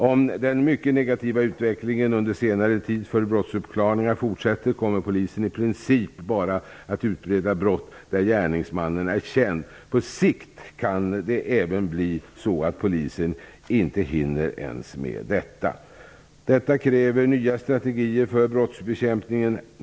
Om den mycket negativa utvecklingen under senare tid för brottsuppklarandet fortsätter, kommer polisen i princip bara att utreda brott där gärningsmannen är känd. På sikt kan det även bli så att polisen inte ens hinner med det. Detta kräver nya strategier för brottsbekämpningen.